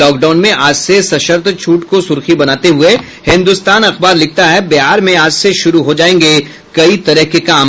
lockdown में आज से सशर्त छूट को सुर्खी बनाते हुये हिन्दुस्तान अखबार लिखता है बिहार में आज से शुरू हो जायेंगे कई तरह के काम